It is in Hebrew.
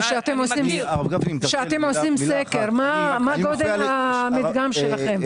כשאתם עושים סקר, מה הגודל של המדגם שלכם?